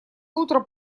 утро